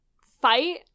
fight